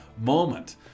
moment